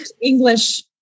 english